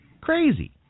Crazy